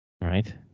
right